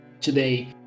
today